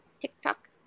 tiktok